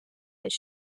his